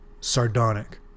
sardonic